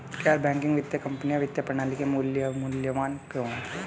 गैर बैंकिंग वित्तीय कंपनियाँ वित्तीय प्रणाली के लिए मूल्यवान क्यों हैं?